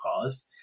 caused